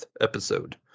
episode